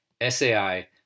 SAI